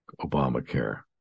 Obamacare